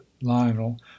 lionel